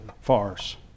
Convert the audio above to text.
farce